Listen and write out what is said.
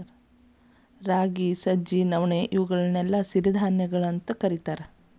ರಾಗಿ, ಸಜ್ಜಿ, ನವಣಿ, ಇವುಗಳನ್ನೆಲ್ಲ ಸಿರಿಧಾನ್ಯಗಳು ಅಂತ ಕರೇತಾರ